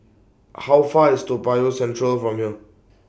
How Far IS Toa Payoh Central from here